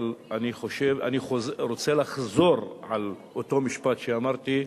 אבל אני רוצה לחזור על אותו משפט שאמרתי,